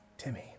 Timmy